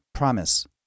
Promise 、